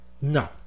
No